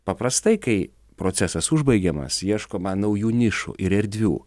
paprastai kai procesas užbaigiamas ieškoma naujų nišų ir erdvių